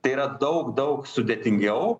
tai yra daug daug sudėtingiau